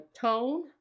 Tone